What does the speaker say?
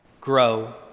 grow